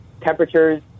temperatures